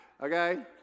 okay